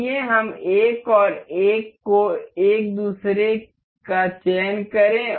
आइए हम सिर्फ 1 और 1 को एक दूसरे का चयन करें